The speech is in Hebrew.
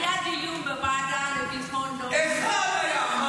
היה דיון בוועדה לביטחון לאומי --- אחד היה.